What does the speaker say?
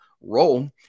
role